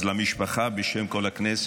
אז למשפחה, בשם כל הכנסת,